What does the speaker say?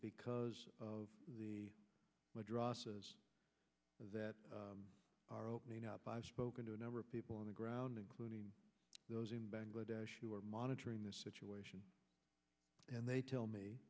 because of the draw that are opening up i've spoken to a number of people on the ground including those in bangladesh who are monitoring the situation and they tell me